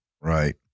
Right